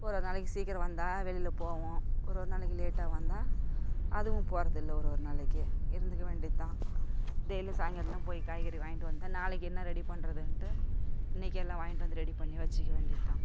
ஒரு ஒரு நாளைக்கு சீக்கிரம் வந்தால் வெளியில் போவோம் ஒரு ஒரு நாளைக்கு லேட்டாக வந்தால் அதுவும் போறதில்லை ஒரு ஒரு நாளைக்கு இருந்துக்க வேண்டியது தான் டெய்லியும் சாயங்காலம்தான் போய் காய்கறி வாங்கிட்டு வந்து நாளைக்கு என்னா ரெடி பண்றதுன்ட்டு இன்றைக்கே எல்லாம் வாங்கிகிட்டு வந்து ரெடி பண்ணி வெச்சுக்க வேண்டியது தான்